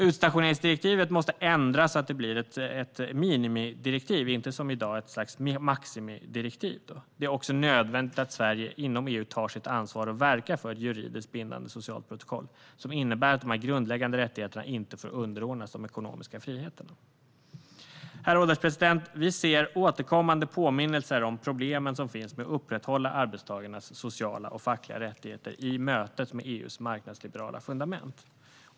Utstationeringsdirektivet måste ändras, så att det blir ett minimidirektiv, inte som i dag ett slags maximidirektiv. Det är också nödvändigt att Sverige inom EU tar sitt ansvar och verkar för ett juridiskt bindande socialt protokoll som innebär att de grundläggande rättigheterna inte får underordnas de ekonomiska friheterna. Herr ålderspresident! Vi ser återkommande påminnelser om problemen med att upprätthålla arbetstagarnas sociala och fackliga rättigheter i mötet med EU:s marknadsliberala fundament.